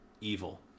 evil